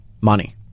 Money